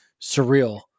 surreal